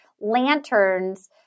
lanterns